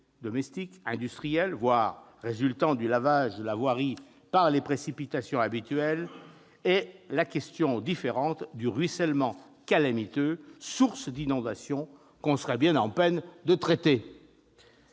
domestiques, industrielles, voire les eaux résultant du lavage de la voirie par les précipitations habituelles, et la question, différente, du ruissellement calamiteux, source d'inondations, que l'on serait bien en peine de traiter.